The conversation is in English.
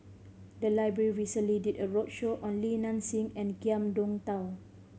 the library recently did a roadshow on Li Nanxing and Ngiam Tong Dow